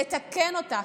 לתקן אותה,